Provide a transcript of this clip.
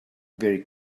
very